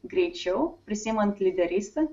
greičiau prisiimant lyderystę